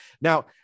Now